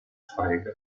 strega